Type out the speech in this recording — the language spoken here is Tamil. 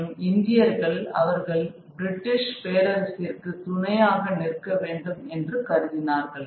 மற்றும் இந்தியர்கள் அவர்கள் பிரிட்டிஷ் பேரரசிற்கு துணையாக நிற்க வேண்டும் என்று கருதினார்கள்